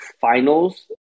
finals